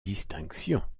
distinctions